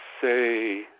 say